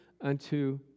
unto